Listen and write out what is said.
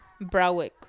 Browick